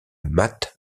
matt